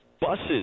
buses